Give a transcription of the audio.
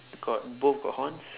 got both got horns